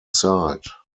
site